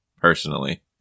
personally